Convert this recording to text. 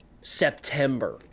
September